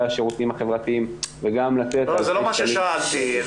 השירותים החברתיים וגם לתת אלפי שקלים --- זה לא מה ששאלתי.